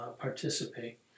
participate